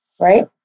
right